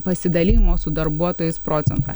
pasidalijimo su darbuotojais procentą